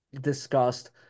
discussed